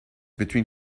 between